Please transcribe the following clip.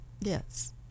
Yes